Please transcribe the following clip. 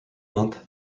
month